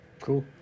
cool